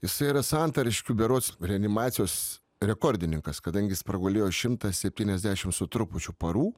jisai yra santariškių berods reanimacijos rekordininkas kadangi jis pragulėjo šimtą septyniasdešim su trupučiu parų